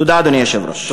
תודה, אדוני היושב-ראש.